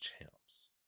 champs